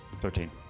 Thirteen